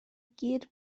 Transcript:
gur